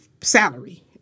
salary